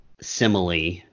simile